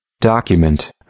Document